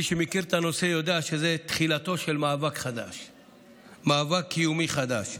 מי שמכיר את הנושא יודע שזה תחילתו של מאבק קיומי חדש.